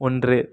ஒன்று